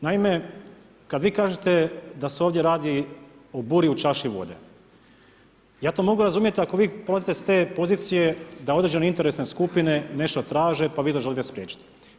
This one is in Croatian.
Naime, kada vi kažete da se ovdje radi o „buri u čaši vode“ ja to mogu razumjeti ako vi polazite s te pozicije da određene interesne skupine nešto traže, pa vi to želite spriječiti.